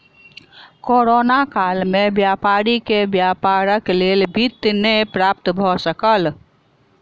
corona काल में व्यापारी के व्यापारक लेल वित्त नै प्राप्त भ सकल